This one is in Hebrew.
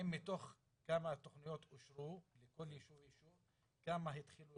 כמה תכניות אושרו בכל יישוב ויישוב, כמה התחילו